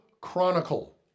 chronicle